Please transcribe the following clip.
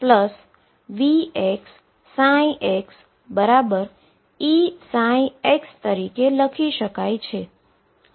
જે 22md2xdx2VxxEψતરીકે લખી શકાય છે